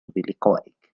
بلقائك